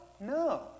No